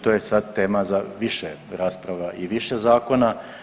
To je sad tema za više rasprava i više zakona.